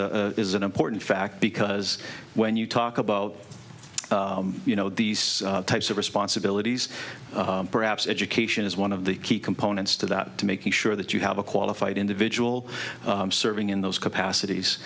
a is an important fact because when you talk about you know these types of responsibilities perhaps education is one of the key components to that to making sure that you have a qualified individual serving in those capacities